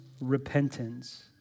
repentance